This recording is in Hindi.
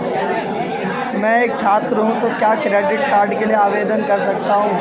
मैं एक छात्र हूँ तो क्या क्रेडिट कार्ड के लिए आवेदन कर सकता हूँ?